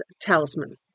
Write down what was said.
talisman